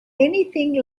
anything